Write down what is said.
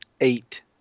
eight